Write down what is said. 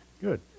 Good